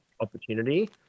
opportunity